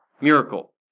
miracle